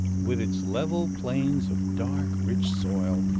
with its level plains of dark, rich soil,